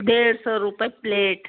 डेढ़ सौ रुपये प्लेट